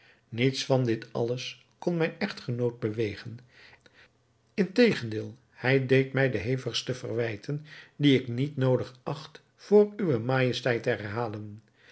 niets van dit alles kon mijn echtgenoot bewegen integendeel hij deed mij de hevigste verwijten die ik niet noodig acht voor uwe majesteit te herhalen